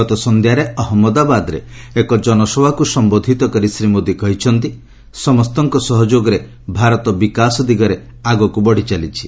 ଗତ ସନ୍ଧ୍ୟାରେ ଅହମ୍ମଦାବାଦରେ ଏକ ଜନସଭାକୃ ସମ୍ଭୋଧୃତ କରି ଶ୍ରୀ ମୋଦି କହିଛନ୍ତି ସମସ୍ତଙ୍କ ସହଯୋଗରେ ଭାରତ ବିକାଶ ଦିଗରେ ଆଗକୁ ବଢ଼ିଚାଲିଛି